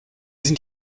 sind